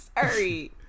sorry